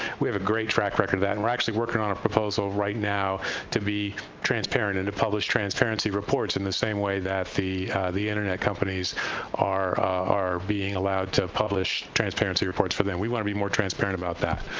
we have a great track record of that, and we're actually working on a proposal right now to be transparent and to publish transparency reports in the same way that the the internet companies are are being allowed allowed to publish transparency reports for them. we want to be more transparent about that.